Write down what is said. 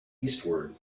eastward